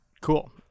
cool